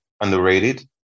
underrated